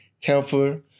careful